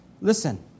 listen